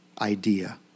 idea